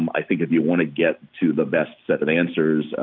um i think if you want to get to the best set of answers,